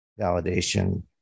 validation